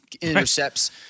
intercepts